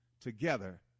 together